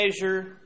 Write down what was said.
measure